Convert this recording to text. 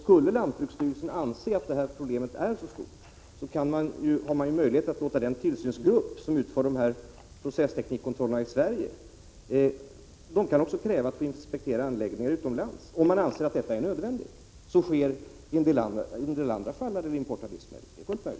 Skulle lantbruksstyrelsen anse att problemet är så stort finns det möjlighet att låta den tillsynsgrupp som utför processteknikkontrollen i Sverige kräva att få inspektera anläggningar utomlands från vilka livsmedel importeras. Så sker i en del andra fall när det gäller import av livsmedel.